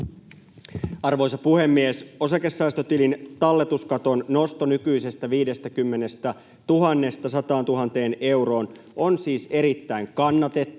Arvoisa puhemies! Osakesäästötilin talletuskaton nosto nykyisestä 50 000:sta 100 000 euroon on siis erittäin kannatettava